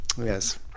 Yes